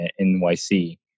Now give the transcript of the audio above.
NYC